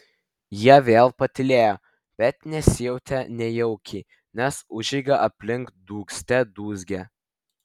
jie vėl patylėjo bet nesijautė nejaukiai nes užeiga aplink dūgzte dūzgė